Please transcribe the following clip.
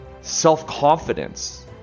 self-confidence